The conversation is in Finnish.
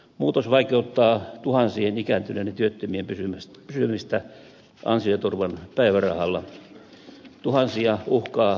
muutos vaikeuttaa tuhansien ikääntyneiden työttömien pysymistä ansioturvan päivärahalla tuhansia uhkaa pudota työmarkkinatuelle